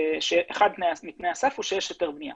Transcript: אחד מתנאי הסף הוא שיש היתר בנייה